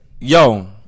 Yo